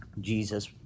Jesus